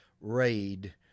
raid